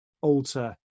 alter